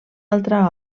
altra